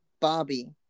Bobby